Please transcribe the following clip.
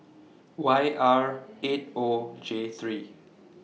Y R eight O J three